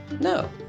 No